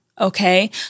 okay